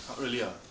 really ah